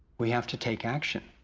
we have to take action.